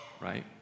right